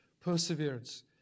perseverance